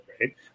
right